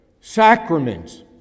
sacraments